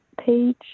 page